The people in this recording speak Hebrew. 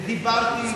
ודיברתי,